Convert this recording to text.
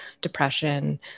depression